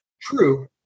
true